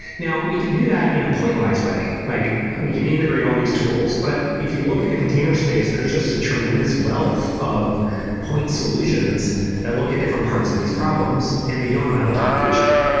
now, we can do that in a point-wise way, like we integrate all of these tools. but if you look at the container space, there's just a tremendous wealth of point solutions that look at different parts of these problems and they don't know how to talk to each other.